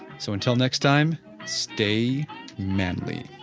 so until next time stay manly